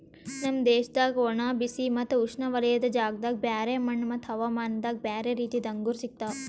ನಮ್ ದೇಶದಾಗ್ ಒಣ, ಬಿಸಿ ಮತ್ತ ಉಷ್ಣವಲಯದ ಜಾಗದಾಗ್ ಬ್ಯಾರೆ ಮಣ್ಣ ಮತ್ತ ಹವಾಮಾನದಾಗ್ ಬ್ಯಾರೆ ರೀತಿದು ಅಂಗೂರ್ ಸಿಗ್ತವ್